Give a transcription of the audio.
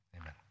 Amen